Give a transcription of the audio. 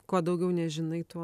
kuo daugiau nežinai tuo